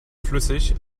flüssig